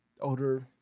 Older